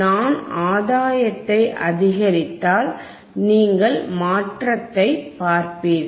நான் ஆதாயத்தை அதிகரித்தால் நீங்கள்மாற்றத்தை பார்ப்பீர்கள்